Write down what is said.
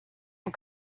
and